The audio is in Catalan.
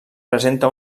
presenta